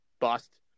bust